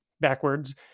backwards